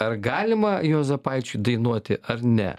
ar galima juozapaičiui dainuoti ar ne